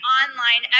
online